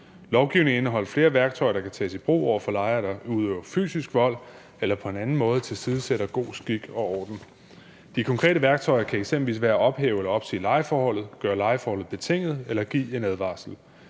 Lovgivningen indeholder flere værktøjer, der kan tages i brug over for lejere, der udøver fysisk vold eller på anden måde tilsidesætter god skik og orden. De konkrete værktøjer kan eksempelvis være at ophæve eller opsige lejeforholdet, at gøre lejeforholdet betinget eller at give en advarsel.